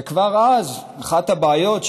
וכבר אז אחת הבעיות,